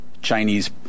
Chinese